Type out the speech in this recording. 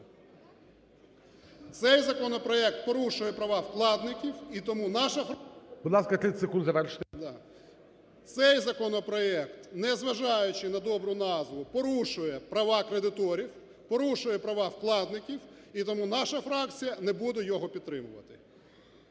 кредиторів, порушує права вкладників, і тому наша фракція не буде його підтримувати.